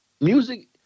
Music